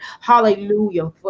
Hallelujah